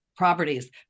properties